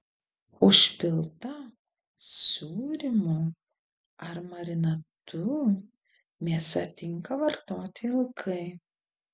užpilta sūrimu ar marinatu mėsa tinka vartoti ilgai